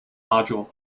module